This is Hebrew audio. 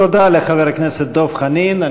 תודה לחבר הכנסת דב חנין.